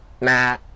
Nah